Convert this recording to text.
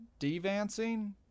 Devancing